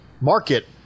market